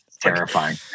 Terrifying